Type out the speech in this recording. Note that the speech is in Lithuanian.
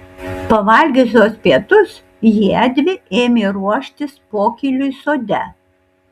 pavalgiusios pietus jiedvi ėmė ruoštis pokyliui sode